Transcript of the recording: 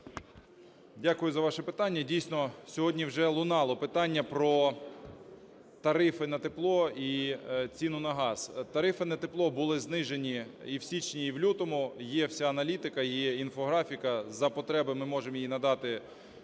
Дякую за ваше питання. Дійсно, сьогодні вже лунало питання про тарифи на тепло і ціну на газ. Тарифи на тепло були знижені і в січні, і в лютому. Є вся аналітика, є інфографіка, за потреби ми можемо її надати